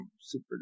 super